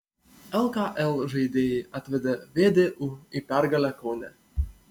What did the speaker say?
lkl žaidėjai atvedė vdu į pergalę kaune